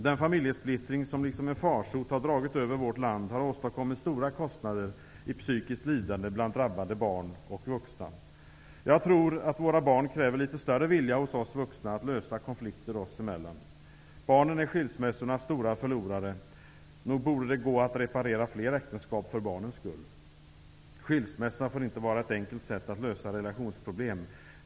Den familjesplittring som liksom en farsot har dragit över vårt land har åstadkommit stora kostnader i psykiskt lidande bland drabbade barn och vuxna. Jag tror att våra barn kräver litet större vilja hos oss vuxna att lösa konflikter oss emellan. Barnen är skilsmässornas stora förlorare. Nog borde det gå att reparera fler äktenskap för barnens skull. Skilsmässa får inte vara ett enkelt sätt att lösa relationsproblem.